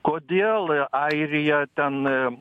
kodėl airija ten